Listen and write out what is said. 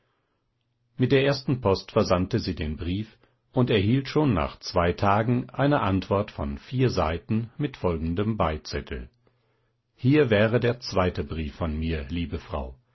mit der ersten post versandte sie den brief und erhielt schon nach zwei tagen eine antwort von vier seiten mit folgendem beizettel hier wäre der zweite brief von mir liebe frau